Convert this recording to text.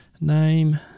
name